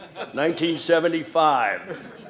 1975